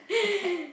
a cat